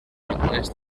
algunes